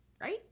Right